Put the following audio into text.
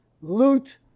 loot